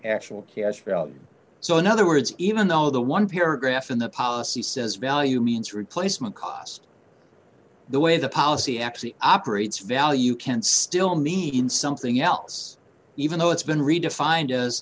actual care so in other words even though the one paragraph in the policy says value means replacement cost the way the policy actually operates value can still need something else even though it's been redefined